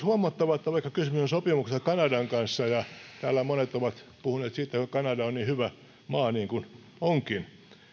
huomattava että vaikka kysymys on sopimuksesta kanadan kanssa ja täällä monet ovat puhuneet siitä kuinka kanada on niin hyvä maa niin kuin onkin